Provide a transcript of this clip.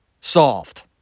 solved